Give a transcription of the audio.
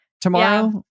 tomorrow